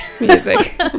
Music